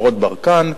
נמרוד ברקן.